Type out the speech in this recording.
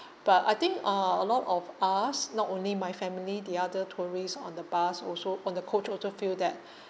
but I think uh a lot of us not only my family the other tourists on the bus also on the coach also feel that